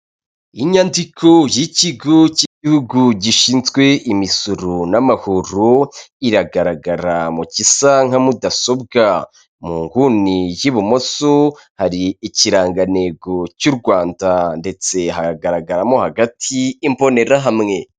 Inyandiko y'ikigo cy'igihugu gishinzwe imisoro n'amahoro iragaragara mu gisa nka mudasobwa, mu nguni y'ibumoso hari ikirangantego cy'u Rwanda ndetse hagaragaramo hagati imbonerahamwe.